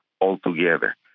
altogether